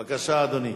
בבקשה, אדוני.